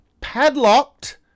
padlocked